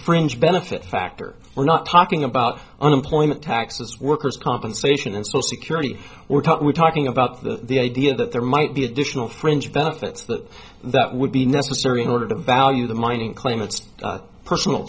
fringe benefit factor we're not talking about unemployment taxes workers compensation and so security we're talking we're talking about the idea that there might be additional fringe benefits that that would be necessary in order to value the mining claim it's personal